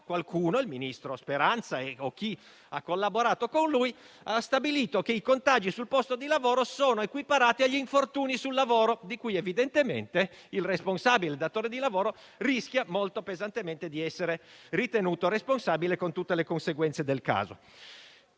pandemia il ministro Speranza, o chi ha collaborato con lui, ha stabilito che i contagi sul posto di lavoro sono equiparati agli infortuni sul lavoro, per cui evidentemente il datore di lavoro rischia molto pesantemente di essere ritenuto responsabile con tutte le conseguenze del caso.